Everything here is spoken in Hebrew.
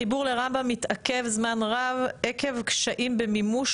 החיבור לרמב"ם מתעכב זמן רב עקב קשיים במימוש